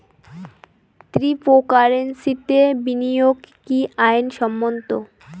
ক্রিপ্টোকারেন্সিতে বিনিয়োগ কি আইন সম্মত?